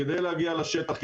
כדי להגיע לשטח,